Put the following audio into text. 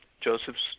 Joseph's